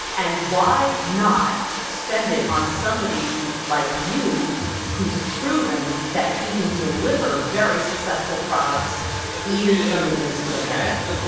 and why not spend it on somebody like you who's proven that he can deliver very successful products even in the midst of a pandemic?